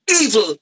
evil